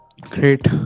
Great